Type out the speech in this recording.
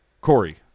Corey